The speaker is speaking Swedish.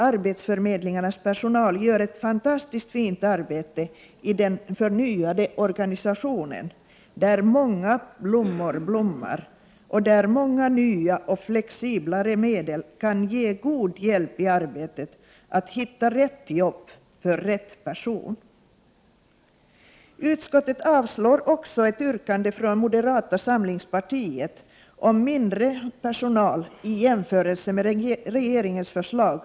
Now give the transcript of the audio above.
Arbetsförmedlingarnas personal gör ett fantastiskt fint arbete i den förnyade organisationen, där många blommor blommar och där många nya och flexiblare medel kan ge god hjälp i arbetet att hitta rätt jobb för rätt person. Utskottet avstyrker ett yrkande från moderata samlingspartiet om mindre personal i jämförelse med regeringens förslag.